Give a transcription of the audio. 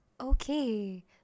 Okay